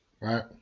Right